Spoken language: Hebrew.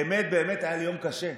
באמת באמת היה לי יום קשה.